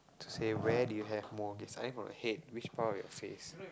to say where do you have mole starting from head which part of your face